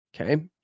Okay